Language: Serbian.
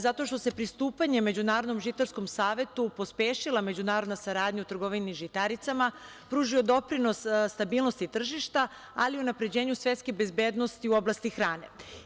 Zato što se pristupanjem Međunarodnom žitarskom savetu pospešila međunarodna saradnja u trgovini žitaricama, pružio doprinos stabilnosti tržišta ali i unapređenju svetske bezbednosti u oblasti hrane.